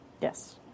Yes